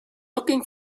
looking